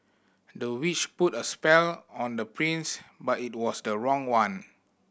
the witch put a spell on the prince but it was the wrong one